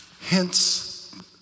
Hence